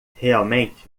realmente